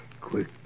Quick